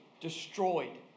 destroyed